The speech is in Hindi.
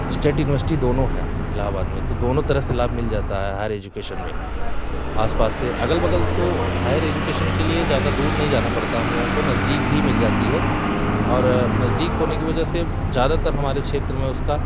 स्टेट यूनिवर्सिटी दोनों है इलाहाबाद में तो दोनों तरफ से लाभ मिल जाता है हाईयर एजुकेशन में आसपास से अगल बगल तो हाइयर एजुकेशन के लिए ज़्यादा दूर नहीं जाना पड़ता हम लोगों को नजदीक ही मिल जाती है और नजदीक होने की वजह से ज़्यादातर हमारे क्षेत्र में उसका